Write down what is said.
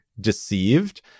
deceived